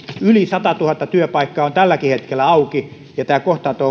yli satatuhatta työpaikkaa on tälläkin hetkellä auki tämä kohtaanto